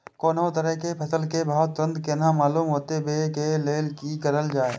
कोनो तरह के फसल के भाव तुरंत केना मालूम होते, वे के लेल की करल जाय?